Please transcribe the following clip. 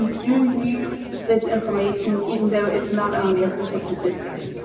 um do use this information, even though it's not on the official statistics.